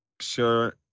Sure